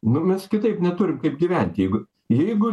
nu mes kitaip neturim kaip gyventi jeigu jeigu